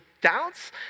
doubts